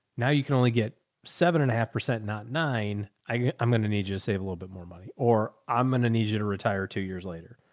now you can only get seven and a half percent, not nine. i'm going to need you to save a little bit more money, or i'm going to need you to retire two years later.